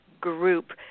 Group